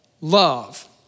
love